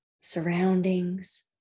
surroundings